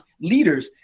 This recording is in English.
leaders